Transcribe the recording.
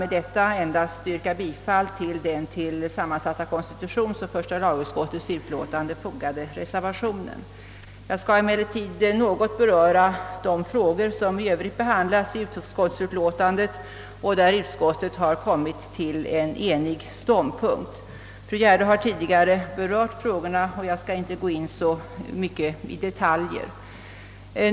Med det anförda vill jag yrka bifall till den vid sammansatta konstitutionsoch första lagutskottets utlåtande fogade reservationen. Jag vill emellertid också något beröra de frågor som i övrigt behandlas i utskottets utlåtande och där utskottet varit enigt i sin ståndpunkt. Fru Gärde har tidigare varit inne på de frågorna, och jag skall därför inte nu ingå så mycket i detaljer.